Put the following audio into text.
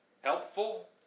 helpful